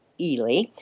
Ely